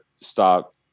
stop